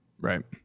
Right